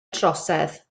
trosedd